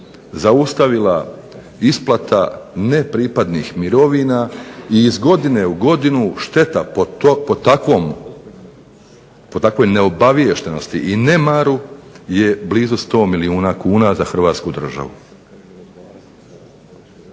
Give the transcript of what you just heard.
zaustavila isplata nepripadnih mirovina i iz godine u godinu šteta po takvoj neobaviještenosti i nemaru je blizu 100 milijuna kuna za Hrvatsku državu.